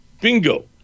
Bingo